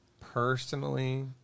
personally